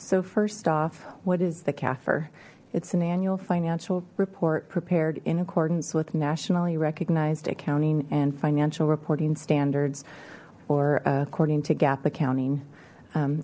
so first off what is the kaffir it's an annual financial report prepared in accordance with nationally recognized accounting and financial reporting standards or according to gaap accounting